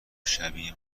شبیه